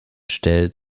stellt